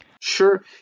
Sure